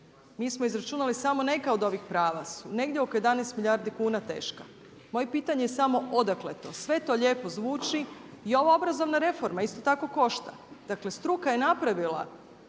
mi smo izračunali samo neka od ovih prava su negdje oko 11 milijardi kuna teška. Moje pitanje je samo odakle je to. Sve to lijepo zvuči. I ova obrazovna reforma isto tako košta. Dakle struka je napravila